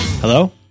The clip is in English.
Hello